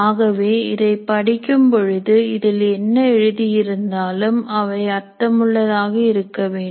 ஆகவே இதைப் படிக்கும் பொழுது இதில் என்ன எழுதியிருந்தாலும் அவை அர்த்தமுள்ளதாக இருக்கவேண்டும்